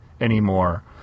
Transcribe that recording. anymore